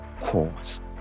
cause